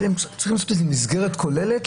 אתם צריכים לעשות מסגרת כוללת,